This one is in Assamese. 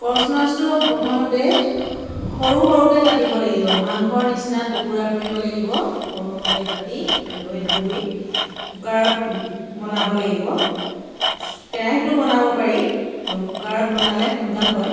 কচ মাছটো প্ৰথমতে সৰু সৰুকৈ কাটিব লাগিব মাংসৰ নিচিনা টুকুৰা কৰিব লাগিব সৰু সৰুকৈ কাটি লৈ ধুই কুকাৰত বনাব লাগিব কেৰাহীটো বনাব পাৰি কুকাৰত বনালে সোনকাল হয়